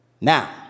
Now